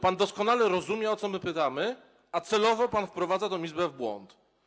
Pan doskonale rozumie, o co my pytamy, a celowo pan wprowadza tę Izbę w błąd.